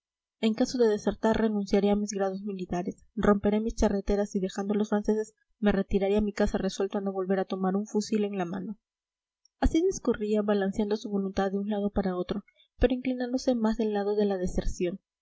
en caso de desertar renunciaré a mis grados militares romperé mis charreteras y dejando a los franceses me retiraré a mi casa resuelto a no volver a tomar un fusil en la mano así discurría balanceando su voluntad de un lado para otro pero inclinándose más del lado de la deserción